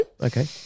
Okay